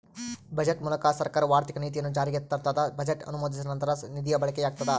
budget ಮೂಲಕ ಸರ್ಕಾರವು ಆರ್ಥಿಕ ನೀತಿಯನ್ನು ಜಾರಿಗೆ ತರ್ತದ ಬಜೆಟ್ ಅನುಮೋದಿಸಿದ ನಂತರ ನಿಧಿಯ ಬಳಕೆಯಾಗ್ತದ